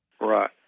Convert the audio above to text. Right